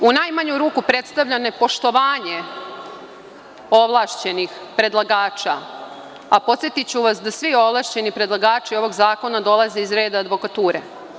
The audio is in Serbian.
U najmanju ruku predstavlja nepoštovanje ovlašćenih predlagača, a podsetiću vas da svi ovlašćeni predlagači ovog zakona dolaze iz reda advokature.